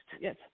Yes